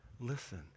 listen